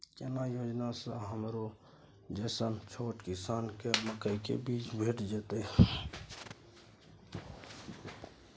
केना योजना स हमरो जैसन छोट किसान के मकई के बीज भेट जेतै?